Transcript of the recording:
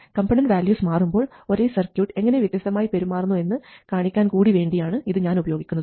component values മാറുമ്പോൾ ഒരേ circuit എങ്ങനെ വ്യത്യസ്തമായി പെരുമാറുന്നു എന്ന് കാണിക്കാൻ കൂടി വേണ്ടിയാണ് ഇത് ഞാൻ ഉപയോഗിക്കുന്നത്